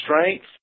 strength